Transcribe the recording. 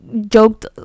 joked